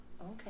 Okay